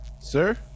Sir